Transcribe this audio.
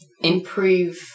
improve